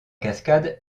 cascade